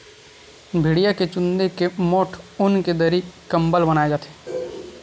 भेड़िया के चूंदी के मोठ ऊन के दरी, कंबल बनाए जाथे